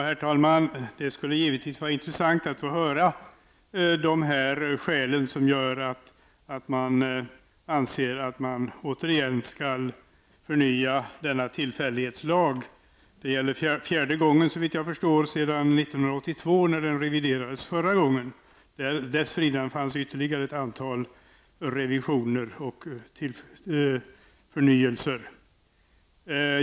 Herr talman! Det skulle givetvis vara intressant att få höra de skäl som gör att man anser att denna tillfällighetslag återigen skall förnyas. Det är, såvitt jag förstår, fjärde gången sedan 1982, då lagen förra gången reviderades. Dessförinnan gjordes ytterligare ett antal revisioner och förnyelser.